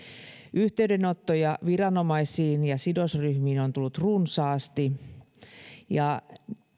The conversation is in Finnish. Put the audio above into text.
yhteydenottoja viranomaisiin ja sidosryhmiin on on tullut runsaasti ja